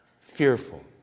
fearful